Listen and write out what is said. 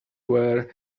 wear